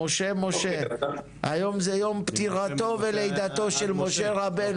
משה, היום זה יום פטירתו ולידתו של משה רבנו.